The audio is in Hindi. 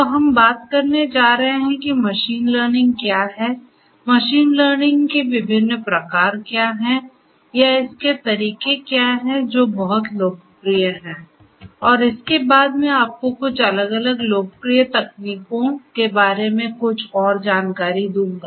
तो हम बात करने जा रहे हैं कि मशीन लर्निंग क्या है मशीन लर्निंग के विभिन्न प्रकार क्या है या इसके तरीके क्या हैं जो बहुत लोकप्रिय हैं और इसके बाद मैं आपको कुछ अलग अलग लोकप्रिय तकनीकों के बारे में कुछ और जानकारी दूंगा